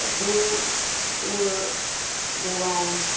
who were their own